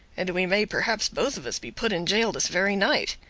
and we may perhaps both of us be put in jail this very night.